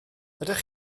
ydych